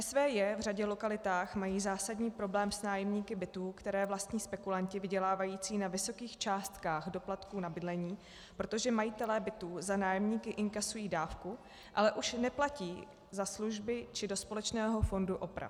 SVJ v řadě lokalit mají zásadní problém s nájemníky bytů, které vlastní spekulanti vydělávající na vysokých částkách doplatků na bydlení, protože majitelé bytů za nájemníky inkasují dávku, ale už neplatí za služby či do společného fondu oprav.